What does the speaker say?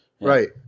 Right